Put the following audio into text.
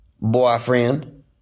boyfriend